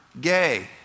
gay